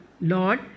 Lord